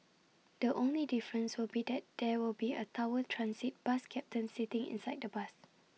the only difference will be that there will be A tower transit bus captain sitting inside the bus